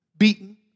beaten